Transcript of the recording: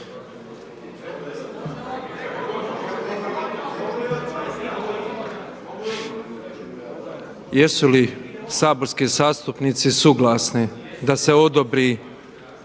Jesu li saborski zastupnici suglasni da se odobri?